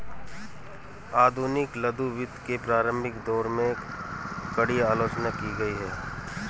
आधुनिक लघु वित्त के प्रारंभिक दौर में, कड़ी आलोचना की गई